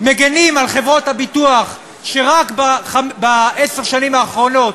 מגינים על חברות הביטוח שרק בעשר שנים האחרונות